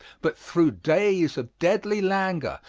but through days of deadly languor,